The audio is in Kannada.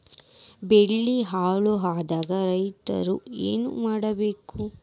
ಬೆಳಿ ಹಾನಿ ಆದಾಗ ರೈತ್ರ ಏನ್ ಮಾಡ್ಬೇಕ್?